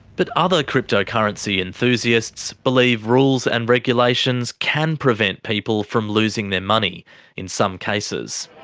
but other cryptocurrency enthusiasts believe rules and regulations can prevent people from losing their money in some cases.